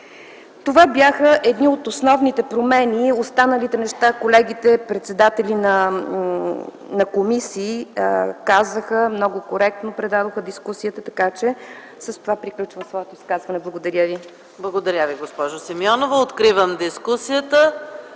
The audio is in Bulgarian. Това бяха едни от основните промени. Останалите неща колегите, председатели на комисии ги казаха и много коректно, предадоха дискусията, така че с това приключвам своето изказване. Благодаря ви. ПРЕДСЕДАТЕЛ ЕКАТЕРИНА МИХАЙЛОВА: Благодаря Ви, госпожо Симеонова. Откривам дискусията.